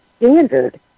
standard